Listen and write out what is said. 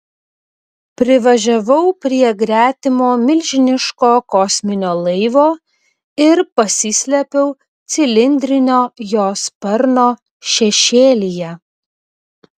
privažiavau prie gretimo milžiniško kosminio laivo ir pasislėpiau cilindrinio jo sparno šešėlyje